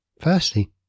firstly